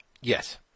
Yes